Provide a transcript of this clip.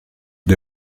the